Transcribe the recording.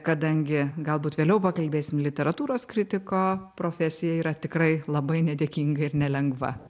kadangi galbūt vėliau pakalbėsim literatūros kritiko profesija yra tikrai labai nedėkinga ir nelengva